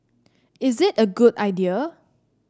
is it a good idea